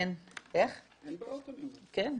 אין בעיות, אני אומר,